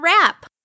wrap